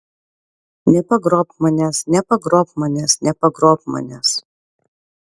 nepagrobk manęs nepagrobk manęs nepagrobk manęs